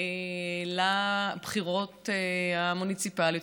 בבחירות המוניציפליות.